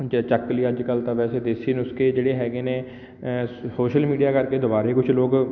ਜੋ ਚੱਕ ਲਈ ਅੱਜ ਕੱਲ੍ਹ ਤਾਂ ਵੈਸੇ ਦੇਸੀ ਨੁਸਖੇ ਜਿਹੜੇ ਹੈਗੇ ਨੇ ਸ਼ੋਸ਼ਲ ਮੀਡੀਆ ਕਰਕੇ ਦੁਬਾਰਾ ਕੁਛ ਲੋਕ